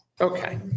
Okay